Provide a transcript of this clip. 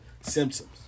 symptoms